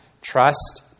trust